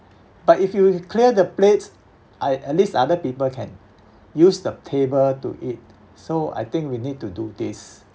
but if you clear the plates a~ at least other people can use the table to eat so I think we need to do this